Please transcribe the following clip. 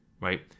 right